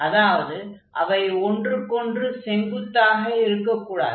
அதாவது அவை ஒன்றுக்கொன்று செங்குத்தாக இருக்கக் கூடாது